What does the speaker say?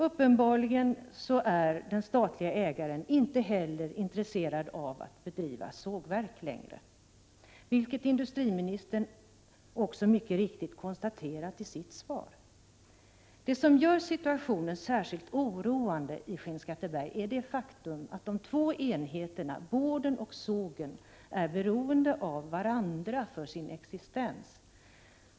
Den statliga ägaren är uppenbarligen inte heller intresserad av att bedriva sågverk längre, vilket industriministern också mycket riktigt konstaterat i sitt svar. Det som gör situationen i Skinnskatteberg särskilt oroande är det faktum att de två enheterna, boardfabriken och sågen, är beroende av varandra för sin existens.